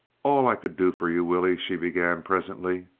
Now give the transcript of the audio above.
all i could do for you, willie, she began presently.